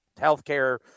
healthcare